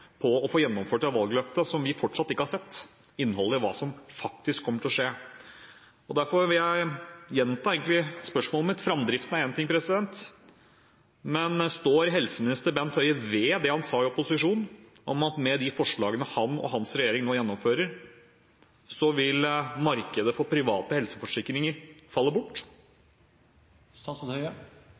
på å få gjennomført et valgløfte som vi fortsatt ikke har sett innholdet i, hva som faktisk kommer til å skje. Derfor vil jeg egentlig gjenta spørsmålet mitt: Framdriften er én ting, men står helseminister Bent Høie ved det han sa i opposisjon om at med de forslagene han og hans regjering nå gjennomfører, vil markedet for private helseforsikringer falle bort?